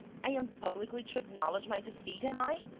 i am publicly to acknowledge my defeat, am i?